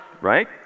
Right